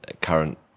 current